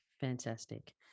Fantastic